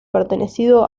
pertenecido